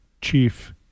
chief